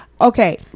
okay